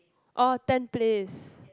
orh ten place